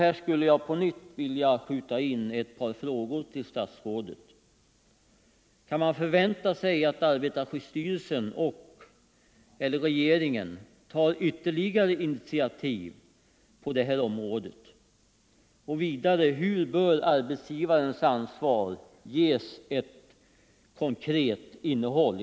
Här skulle jag på nytt vilja skjuta in ett par frågor till statsrådet: Kan man förvänta sig att arbetarskyddsstyrelsen och/eller regeringen tar ytterligare initiativ på detta område? Och vidare: Hur bör arbetsgivarens ansvar ges ett konkret innehåll?